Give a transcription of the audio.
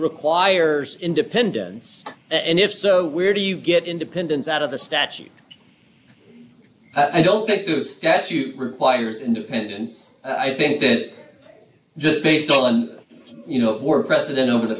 requires independence and if so where do you get independence out of the statute i don't think the statute requires independence i think that just based on you know more precedent over the